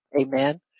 Amen